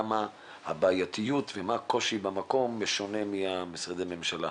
גם הבעייתיות ומה הקושי במקום בשונה ממשרדי הממשלה.